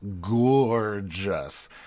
gorgeous